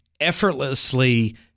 effortlessly